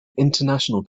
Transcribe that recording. international